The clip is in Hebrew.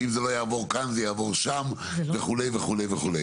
ואם זה לא יעבור כאן זה יעבור שם וכו' וכו' וכו',